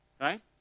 Right